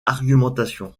argumentation